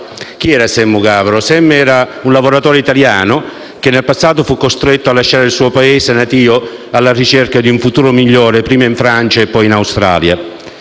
Chi era Sam Mugavero? Sam era un semplice lavoratore italiano costretto a lasciare il suo Paese natio alla ricerca di un futuro migliore prima in Francia e poi in Australia.